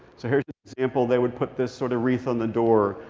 so here's an example. they would put this sort of wreath on the door.